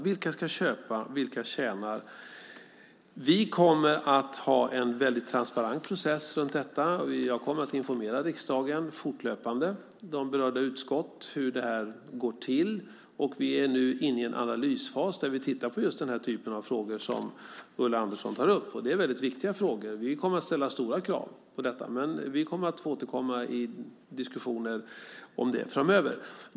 Vilka ska köpa och vilka tjänar på detta? Vi kommer att ha en transparent process runt detta. Jag kommer att fortlöpande informera riksdagen och de berörda utskotten om hur detta går till. Vi är nu inne i en analysfas där vi tittar på just den typ av frågor som Ulla Andersson tar upp. Det är viktiga frågor, och vi kommer att ställa stora krav, men vi får återkomma till det i diskussioner framöver.